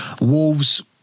Wolves